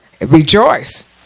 Rejoice